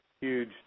huge